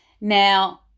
Now